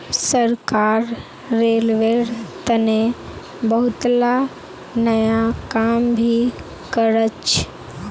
सरकार रेलवेर तने बहुतला नया काम भी करछ